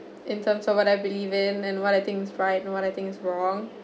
in terms of what I believe in and what I think is right what I think is wrong